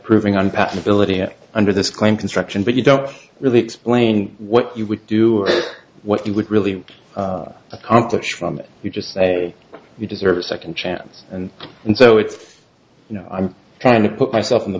possibility under this claim construction but you don't really explain what you would do what you would really accomplish from it you just say you deserve a second chance and so it's you know i'm trying to put myself in the